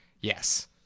Yes